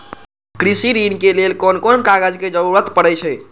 कृषि ऋण के लेल कोन कोन कागज के जरुरत परे छै?